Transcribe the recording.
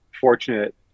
fortunate